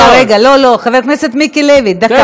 רגע, רגע, לא, חבר הכנסת מיקי לוי, דקה.